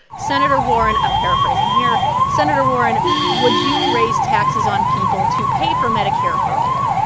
senator warren i'm paraphrasing here senator warren, would you raise taxes on people to pay for medicare for all?